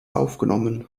aufgenommen